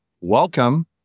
welcome